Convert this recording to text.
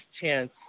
chance